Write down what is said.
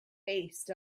based